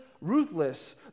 Ruthless